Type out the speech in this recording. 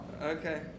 Okay